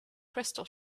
crystal